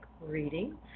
reading